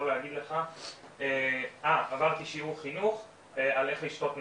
להגיד לך העברתי שיעור חינוך על איך לשתות נכון.